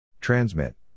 Transmit